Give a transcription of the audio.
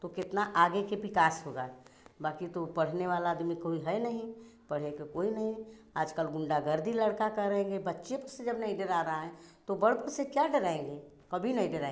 तो कितना आगे का विकास होगा बाक़ी तो पढ़ने वाला अदमी कोई है नहीं पढ़ै का कोई नहीं आज कल गुंडागर्दी लड़का करेंगे बच्चे से जब नहीं डरा रहा हैं तो बड़ों से क्या डराएँगे कभी नहीं डराएँगे